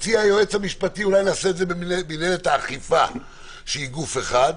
הציע היועץ המשפטי שאולי נעשה את זה במינהלת האכיפה שהיא גוף אחד,